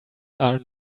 are